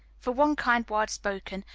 for one kind word spoken,